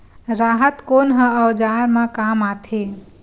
राहत कोन ह औजार मा काम आथे?